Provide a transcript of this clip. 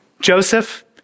Joseph